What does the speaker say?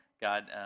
God